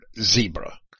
zebra